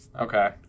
Okay